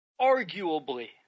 arguably